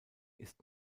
ist